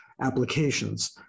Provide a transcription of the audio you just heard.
applications